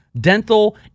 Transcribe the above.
Dental